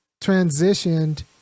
transitioned